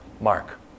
Mark